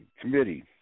committee